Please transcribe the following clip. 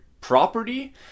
property